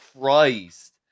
Christ